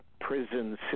prison